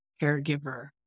caregiver